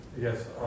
Yes